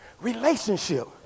Relationship